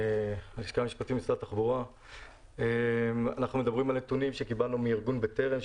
אנחנו מדברים על נתונים שקיבלנו מארגון בטרם,